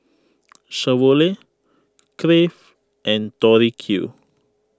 Chevrolet Crave and Tori Q